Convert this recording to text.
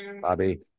Bobby